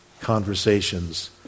conversations